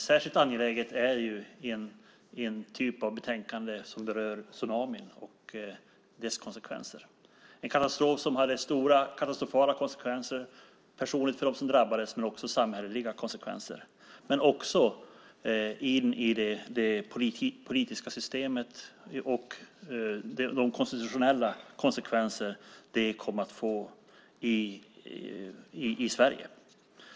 Särskilt angeläget är det i den typ av betänkanden som rör tsunamin och dess konsekvenser, den katastrof som hade stora konsekvenser personligen för dem som drabbades men också samhälleliga konsekvenser även i det politiska systemet och som kom att få konstitutionella konsekvenser i Sverige.